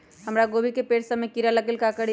हमरा गोभी के पेड़ सब में किरा लग गेल का करी?